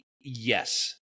Yes